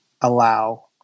allow